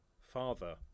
father